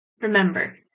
Remember